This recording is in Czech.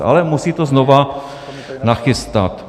Ale musí to znovu nachystat.